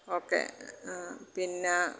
okay പിന്നാ